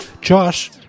josh